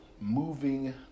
moving